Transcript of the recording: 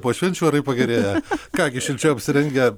po švenčių orai pagerėja ką gi šilčiau apsirengę